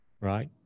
right